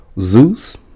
Zeus